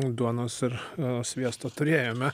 duonos ir sviesto turėjome